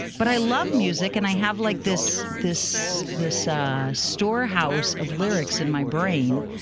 but i love music and i have like this this this ah storehouse of lyrics in my brain.